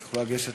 את יכולה לגשת